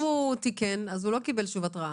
אם הוא תיקן אז הוא לא קיבל שוב התראה.